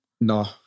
no